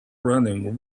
running